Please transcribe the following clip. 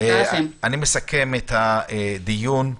אני מסכם את הדיון.